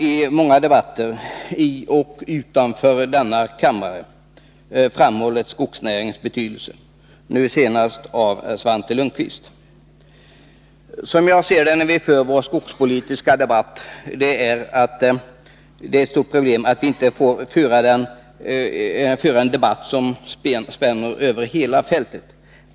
I många debatter i och utanför denna kammare har man framhållit skogsnäringens betydelse, nu senast från Svante Lundkvist. Ett stort problem, som jag ser det, när vi för vår skogspolitiska debatt är att vi inte får föra en debatt som spänner över hela fältet.